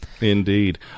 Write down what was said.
Indeed